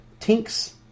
Tink's